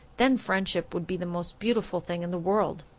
then friendship would be the most beautiful thing in the world.